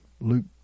Luke